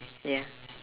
ya